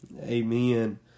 Amen